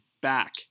back